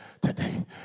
today